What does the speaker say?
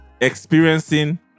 experiencing